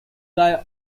guy